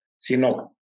sino